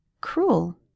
Cruel